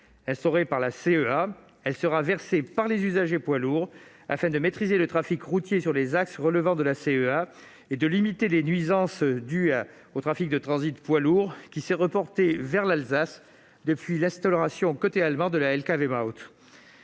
Créée par la CEA, cette taxe sera versée par les usagers de poids lourds, afin de maîtriser le trafic routier sur les axes relevant de la CEA et de limiter les nuisances dues au trafic de transit des poids lourds, qui s'est reporté vers l'Alsace depuis l'instauration, côté allemand, de la .